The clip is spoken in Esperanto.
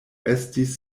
estis